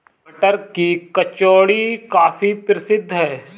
मटर की कचौड़ी काफी प्रसिद्ध है